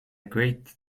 great